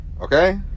okay